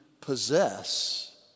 possess